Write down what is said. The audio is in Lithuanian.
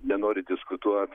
nenori diskutuot